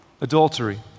adultery